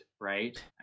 right